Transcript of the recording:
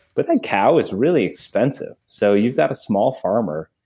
but a cow is really expensive so you've got a small farmer,